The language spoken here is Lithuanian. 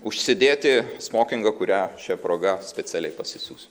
užsidėti smokingą kurią šia proga specialiai pasisiūsiu